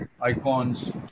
icons